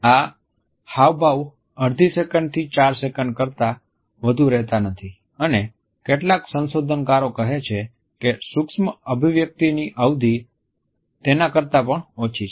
આ હાવભાવ અડધી સેકન્ડ થી ચાર સેકન્ડ કરતા વધુ રહેતા નથી અને કેટલાક સંશોધનકારો કહે છે કે સૂક્ષ્મ અભિવ્યક્તિની અવધિ તેના કરતાં પણ ઓછી છે